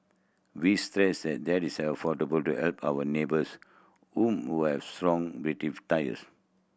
we stress and that is an effort to help our neighbours whom we have strong tires